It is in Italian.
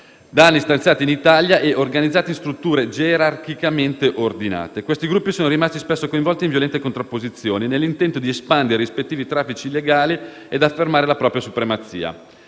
da anni stanziati in Italia e organizzati in strutture gerarchicamente ordinate. Questi gruppi sono rimasti spesso coinvolti in violente contrapposizioni, nell'intento di espandere i rispettivi traffici illegali ed affermare la propria supremazia.